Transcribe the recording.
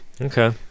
Okay